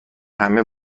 همه